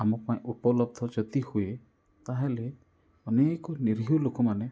ଆମପାଇଁ ଉପଲବ୍ଧ ଯଦି ହୁଏ ତାହେଲେ ଅନେକ ନିରୀହ ଲୋକମାନେ